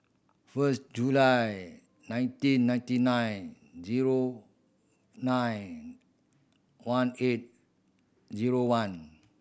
first July ninety ninety nine zero nine one eight zero one